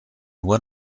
nur